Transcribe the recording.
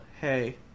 hey